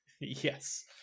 yes